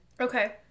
Okay